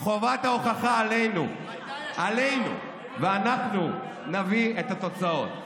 מתי אשקלון יקבלו הטבות?